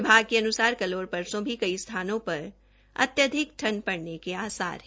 विभाग के अनुसार कल और परसो भी कई स्थानों पर अत्याधिक ठंड पड़ने के आसार है